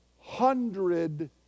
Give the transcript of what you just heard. hundred